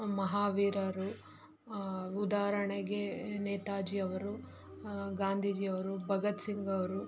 ಮಹಾವೀರರು ಉದಾಹರಣೆಗೆ ನೇತಾಜಿ ಅವರು ಗಾಂಧೀಜಿಯವರು ಭಗತ್ ಸಿಂಗ್ ಅವರು